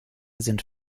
sind